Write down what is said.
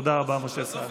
תודה רבה, משה סעדה.